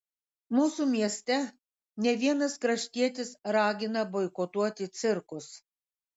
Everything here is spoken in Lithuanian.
mūsų mieste ne vienas kraštietis ragina boikotuoti cirkus